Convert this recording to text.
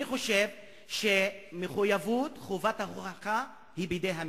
אני חושב שמחויבות, חובת ההוכחה היא בידי הממשלה.